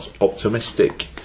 optimistic